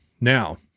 Now